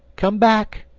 come back,